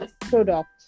product